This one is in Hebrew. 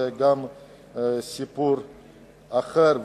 זה סיפור אחר.